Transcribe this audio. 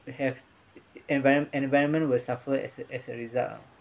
have environ~ environment will suffer as as a result